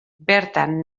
bertan